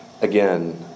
again